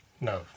No